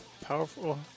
powerful